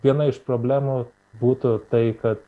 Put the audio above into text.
viena iš problemų būtų tai kad